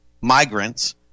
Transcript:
migrants